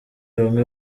bamwe